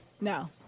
No